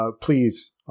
Please